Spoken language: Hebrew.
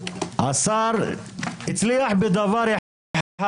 הצליח בדבר אחד,